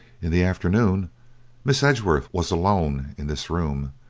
in the afternoon miss edgeworth was alone in this room,